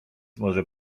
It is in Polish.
może